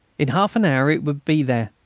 in half an hour it would be there,